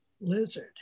lizard